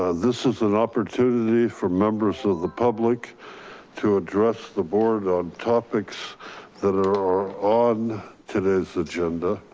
ah this is an opportunity for members of the public to address the board on topics that are on today's agenda.